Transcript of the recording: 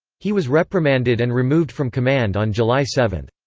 he was reprimanded and removed from command on july seven.